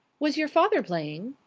was your father playing?